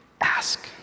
Ask